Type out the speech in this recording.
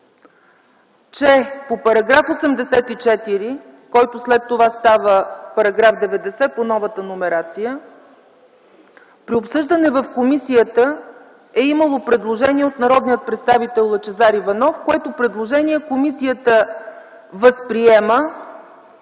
че по § 84, който след това става § 90 по новата номерация, при обсъждането в комисията е имало предложение от народния представител Лъчезар Иванов, което предложение комисията възприема.